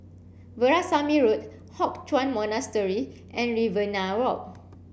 Veerasamy Road Hock Chuan Monastery and Riverina Walk